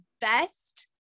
Best